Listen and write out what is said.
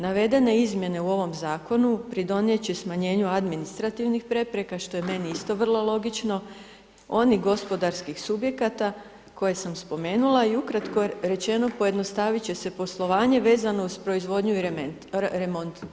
Navedene izmjene u ovom zakonu, pridonijeti će smanjenje administrativnih prepreka, što je meni vrlo logično, onih gospodarskih subjekata, koje sam spomenula i ukratko rečeno, pojednostaviti će se poslovanje, vezano uz proizvodnju i remont.